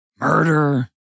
murder